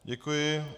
Děkuji.